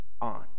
On